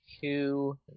two